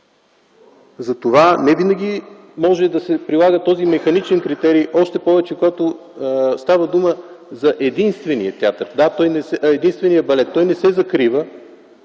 Не може винаги да се прилага този механичен критерий, още повече когато става дума за единствения балет. Да, той не се закрива,